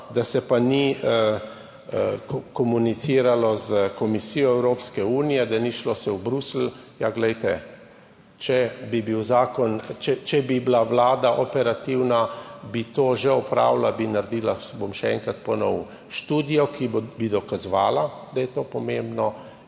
da se pa ni komuniciralo s komisijo Evropske unije, da se ni šlo v Bruselj, ja, če bi bila vlada operativna, bi to že opravila, bi naredila, bom še enkrat ponovil, študijo, ki bi dokazovala, da je to pomembno,